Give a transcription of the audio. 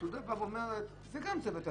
כשהעתודה אומרת: זה גם צוות אוויר,